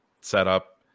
setup